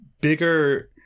bigger